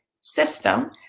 system